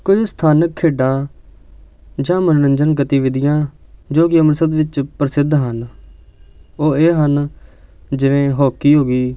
ਕਈ ਸਥਾਨਕ ਖੇਡਾਂ ਜਾਂ ਮਨੋਰੰਜਨ ਗਤੀਵਿਧੀਆਂ ਜੋ ਕਿ ਅੰਮ੍ਰਿਤਸਰ ਦੇ ਵਿੱਚ ਪ੍ਰਸਿੱਧ ਹਨ ਉਹ ਇਹ ਹਨ ਜਿਵੇਂ ਹੋਕੀ ਹੋ ਗਈ